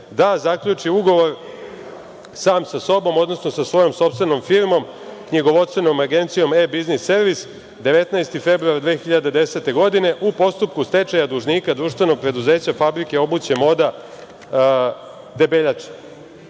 da zaključi ugovor sam sa sobom, odnosno sa svojom sopstvenom firmom, knjigovodstvenom agencijom „E biznis servis“, 19. februar 2010. godine, u postupku stečaja dužnika društvenog preduzeća fabrike obuće „Moda“ Debeljača. Dakle,